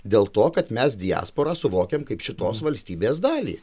dėl to kad mes diasporą suvokiam kaip šitos valstybės dalį